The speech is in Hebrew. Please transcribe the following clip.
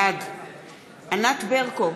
בעד ענת ברקו,